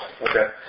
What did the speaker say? Okay